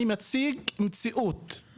אני מציג מציאות,